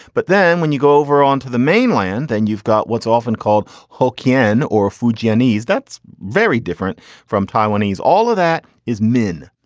but then when you go over onto the mainland and you've got what's often called hawkin or fujianese, that's very different from taiwanese. all of that is mean.